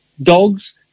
Dogs